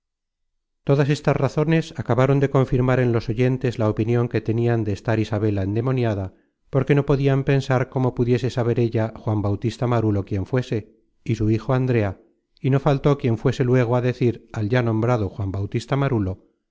todas estas razones acabaron de confirmar en los oyentes content from google book search generated at la opinion que tenian de estar isabela endemoniada porque no podian pensar cómo pudiese saber ella juan bautista marulo quién fuese y su hijo andrea y no faltó quien fuese luego á decir al ya nombrado juan bautista marulo lo